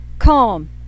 calm